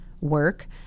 work